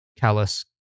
Callus